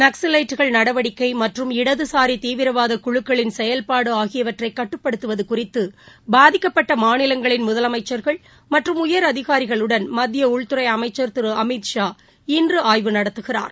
நக்கலைட்டுகள் நடவடிக்கை மற்றும் இடதுசாரி தீவிரவாத குழுக்களின் செயல்பாடு ஆகியவற்றை கட்டுப்படுத்துவது குறித்து பாதிக்கப்பட்ட மாநிலங்களின் முதலமைச்சர்கள் மற்றும் உயரதிகாரிகளுடன் மத்திய உள்துறை அமைச்சர் திரு அமித் ஷா இன்று ஆய்வு நடத்துகிறார்